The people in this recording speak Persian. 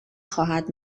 خواهد